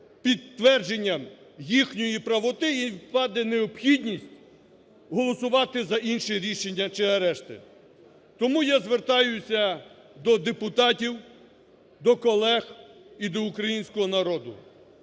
підтвердженням їхньої правоти і впаде необхідність голосувати за інші рішення чи арешти. Тому я звертаюся до депутатів, до колег і до українського народу,